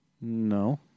No